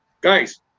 guys